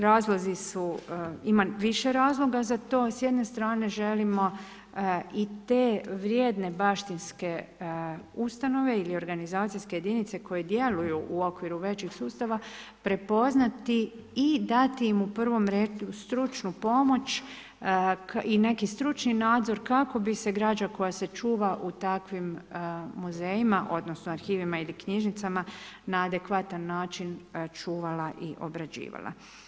Razlozi su ima više razloga za to, s jedne strane želimo i te vrijedne baštinske ustanove ili organizacijske jedinice koje djeluju u okviru većeg sustava prepoznati i dati im u prvom redu stručnu pomoć i neki stručni nadzor kako bi se građa koja se čuva u takvim muzejima odnosno arhivima ili knjižnicama na adekvatan način čuvala i obrađivala.